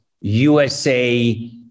USA